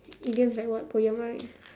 idioms like what poem right